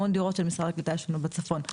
המון דירות של משרד הקליטה יש לנו בצפון,